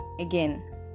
Again